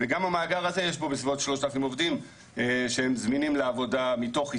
וגם במאגר הזה יש בסביבות 3,000 עובדים שהם זמינים לעבודה מתוך ישראל.